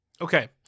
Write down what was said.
Okay